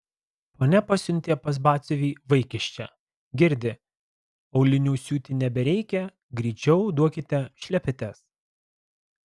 ponia pasiuntė pas batsiuvį vaikiščią girdi aulinių siūti nebereikia greičiau duokite šlepetes